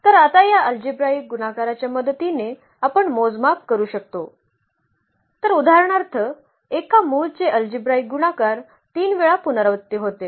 तर आता या अल्जेब्राईक गुणाकाराच्या मदतीने आपण मोजमाप करू शकतो तर उदाहरणार्थ एका मूळचे अल्जेब्राईक गुणाकार 3 वेळा पुनरावृत्ती होते